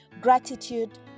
Gratitude